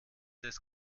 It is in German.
des